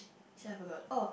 shit I forgot oh